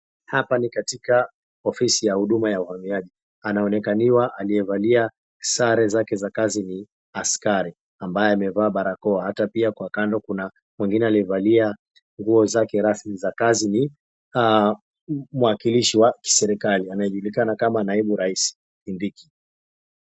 Hapa ni katika ofisi ya huduma ya uhamiaji, anaonekaniwa aliyevalia sare zake za kazi ni askari ambaye amevaa barakoa, hata pia kwa kando kuna mwengine aliyevalia nguo zake rasmi za kazi ni mwakilishi wa serikali anayejulikana kama naibu rais Kindiki.